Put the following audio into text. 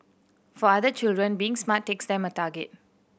for other children being smart takes them a target